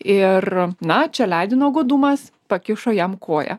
ir na čeledino godumas pakišo jam koją